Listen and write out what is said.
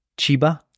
Chiba